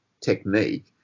technique